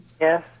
Yes